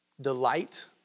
delight